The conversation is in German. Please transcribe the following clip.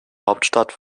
hauptstadt